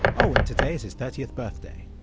oh and today is his thirtieth birthday.